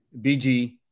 BG